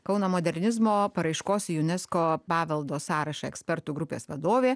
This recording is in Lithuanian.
kauno modernizmo paraiškos į unesco paveldo sąrašą ekspertų grupės vadovė